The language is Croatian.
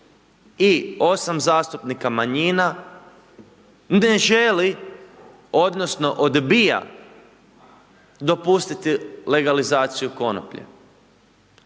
i 8 zastupnika manjina ne želi odnosno odbija dopustiti legalizaciju konoplje.